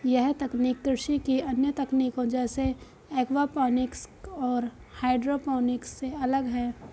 यह तकनीक कृषि की अन्य तकनीकों जैसे एक्वापॉनिक्स और हाइड्रोपोनिक्स से अलग है